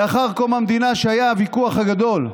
לאחר קום המדינה, כשהיה הוויכוח הגדול,